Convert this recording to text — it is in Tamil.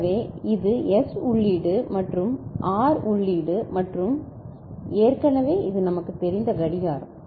எனவே இது S உள்ளீடு மற்றும் இது R உள்ளீடு மற்றும் இது ஏற்கனவே நமக்குத் தெரிந்த கடிகாரம்